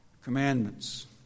Commandments